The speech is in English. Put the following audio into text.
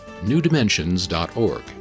newdimensions.org